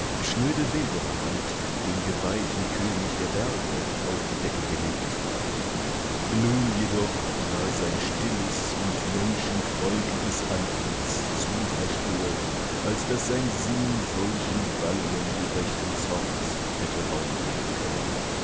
schnöde wildererhand den geweihten könig der berge auf die decke gelegt nun jedoch war sein stilles und menschenfreundliches antlitz zu verstört als daß sein sinn solchen wallungen gerechten zorns hätte raum geben können